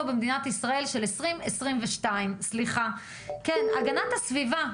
במדינת ישראל של 2022. הגנת הסביבה,